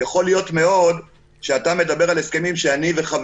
יכול מאוד להיות שאתה מדבר על הסכמים שחברי